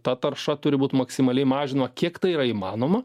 ta tarša turi būt maksimaliai mažinama kiek tai yra įmanoma